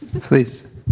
Please